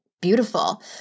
beautiful